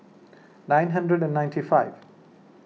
nine hundred and ninety five